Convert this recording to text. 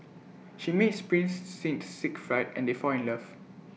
she meets prince thing Siegfried and they fall in love